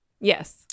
Yes